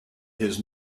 his